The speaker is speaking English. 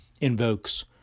invokes